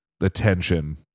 attention